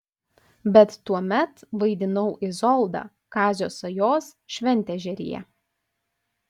bet tuomet vaidinau izoldą kazio sajos šventežeryje